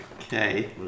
Okay